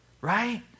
right